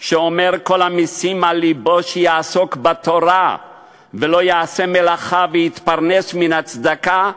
שאומר: "כל המשים על לבו שיעסוק בתורה ולא יעשה מלאכה ויתפרנס מן הצדקה,